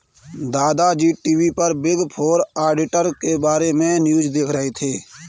दादा जी टी.वी पर बिग फोर ऑडिटर के बारे में न्यूज़ देख रहे थे